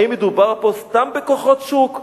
האם מדובר פה סתם בכוחות שוק?